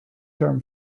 term